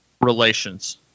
relations